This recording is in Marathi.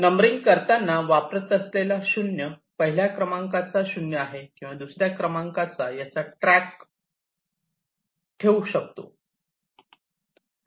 नंबरिंग करताना वापरत असलेला 0 पहिल्या क्रमांकाचा 0 आहे किंवा दुसरा क्रमांकाचा याचा ट्रॅक मागोवा ठेवू शकतो